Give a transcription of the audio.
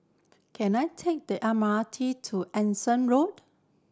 can I take the M R T to Anderson Road